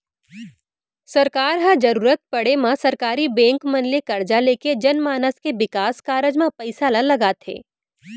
सरकार ह जरुरत पड़े म सरकारी बेंक मन ले करजा लेके जनमानस के बिकास कारज म पइसा ल लगाथे